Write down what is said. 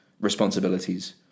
Responsibilities